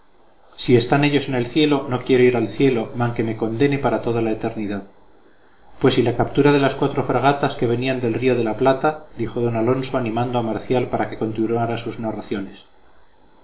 si están ellos en el cielo no quiero ir al cielo manque me condene para toda la enternidad pues y la captura de las cuatro fragatas que venían del río de la plata dijo d alonso animando a marcial para que continuara sus narraciones